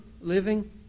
living